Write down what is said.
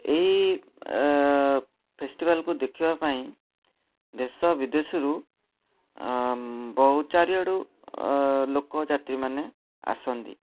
ଏଇ ଫେଷ୍ଟିଭାଲ୍କୁ ଦେଖିବାପାଇଁ ଦେଶବିଦେଶରୁ ବହୁ ଚାରିଆଡ଼ୁ ଲୋକ ଯାତ୍ରୀମାନେ ଆସନ୍ତି